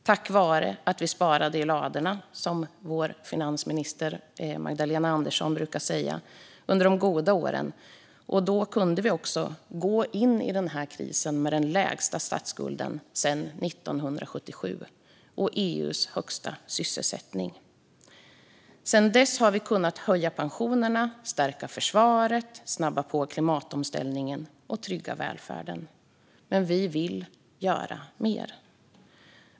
Tack vare att vi under de goda åren sparade i ladorna, som vår finansminister Magdalena Andersson brukar säga, kunde vi gå in i krisen med den lägsta statsskulden sedan 1977 och med EU:s högsta sysselsättningsgrad. Sedan dess har vi kunnat höja pensionerna, stärka försvaret, snabba på klimatomställningen och trygga välfärden. Men vi vill göra mer.